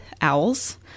owls